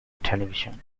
television